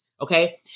okay